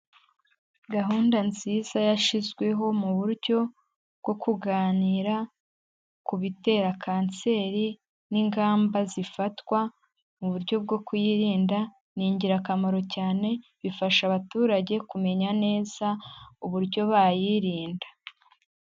Gahunda nziza yashyizweho mu buryo bwo kuganira ku bitera Kanseri n'ingamba zifatwa mu buryo bwo kuyirinda, ni ingirakamaro cyane, bifasha abaturage kumenya neza uburyo bayirinda.